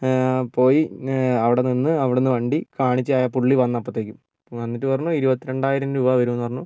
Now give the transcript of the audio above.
പോയി അവിടെ നിന്ന് അവിടെ നിന്ന് വണ്ടി കാണിച്ച് പുള്ളി വന്നു അപ്പോഴത്തേക്കും എന്നിട്ട് പറഞ്ഞു ഇരുപത്തി രണ്ടായിരം രൂപ വരും എന്ന് പറഞ്ഞ്